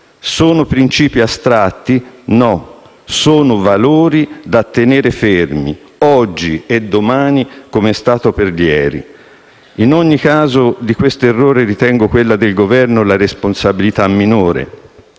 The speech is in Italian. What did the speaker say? Sono principi astratti? No, sono valori da tenere fermi, oggi e domani, come è stato per ieri. In ogni caso, di questo errore ritengo quella del Governo la responsabilità minore.